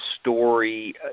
story